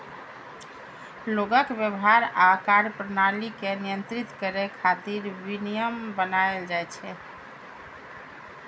लोगक व्यवहार आ कार्यप्रणाली कें नियंत्रित करै खातिर विनियम बनाएल जाइ छै